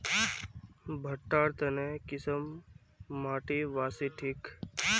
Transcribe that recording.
भुट्टा र तने की किसम माटी बासी ठिक?